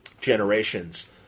Generations